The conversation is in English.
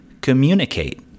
communicate